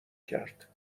کرد